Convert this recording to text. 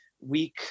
week